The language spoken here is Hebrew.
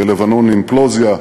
בלבנון אימפלוזיה,